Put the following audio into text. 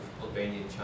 Albanian